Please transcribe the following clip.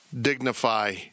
dignify